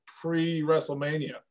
pre-WrestleMania